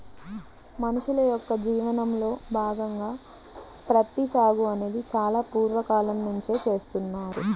మనుషుల యొక్క జీవనంలో భాగంగా ప్రత్తి సాగు అనేది చాలా పూర్వ కాలం నుంచే చేస్తున్నారు